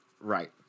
right